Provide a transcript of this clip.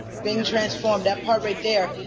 being transformed. that part right there.